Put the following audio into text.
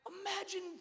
Imagine